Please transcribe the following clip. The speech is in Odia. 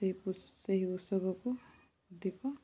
ସେହି ଉତ୍ସ ସେହି ଉତ୍ସବକୁ ଅଧିକ